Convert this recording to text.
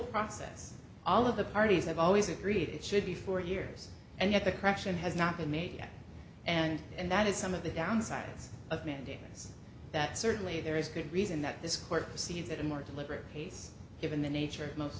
process all of the parties have always agreed it should be four years and that the correction has not been made yet and that is some of the downsides of mandamus that certainly there is good reason that this court will see that a more deliberate pace given the nature of most